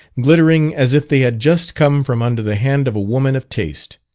glittering as if they had just come from under the hand of a woman of taste.